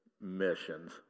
missions